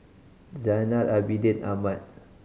Zainal Abidin Ahmad